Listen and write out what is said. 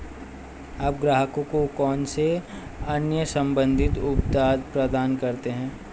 आप ग्राहकों को कौन से अन्य संबंधित उत्पाद प्रदान करते हैं?